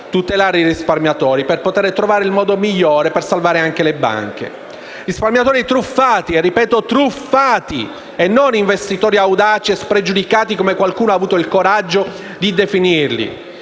tutela dei risparmiatori ha aspettato per poter trovare il modo migliore per salvare anche le banche. Risparmiatori truffati - ripeto: truffati - e non investitori audaci e spregiudicati come qualcuno ha avuto il coraggio di definirli.